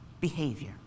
behavior